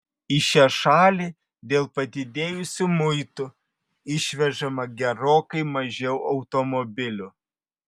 į šią šalį dėl padidėjusių muitų išvežama gerokai mažiau automobilių